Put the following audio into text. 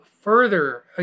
further